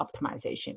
optimization